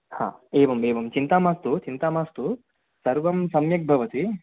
हा एवम् एवं चिन्ता मास्तु चिन्ता मास्तु सर्वं सम्यक् भवति